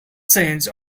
change